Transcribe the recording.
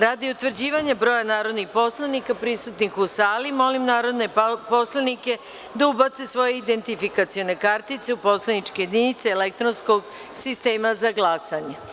Radi utvrđivanja broja narodnih poslanika prisutnih u sali, molim narodne poslanike da ubace svoje identifikacione kartice u poslaničke jedinice elektronskog sistema za glasanje.